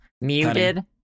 muted